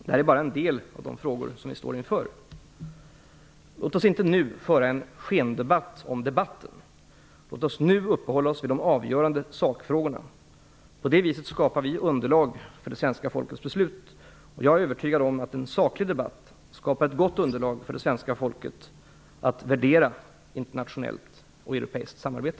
Det här är bara en del av de frågor som vi står inför. Låt oss inte nu föra en skendebatt om debatten. Låt oss nu uppehålla oss vid de avgörande sakfrågorna. På det viset skapar vi underlag för det svenska folkets beslut. Jag är övertygad om att en saklig debatt skapar ett gott underlag för det svenska folket att värdera internationellt och europeiskt samarbete.